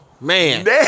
man